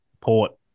Port